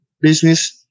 business